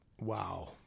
wow